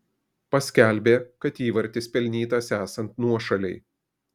paskelbė kad įvartis pelnytas esant nuošalei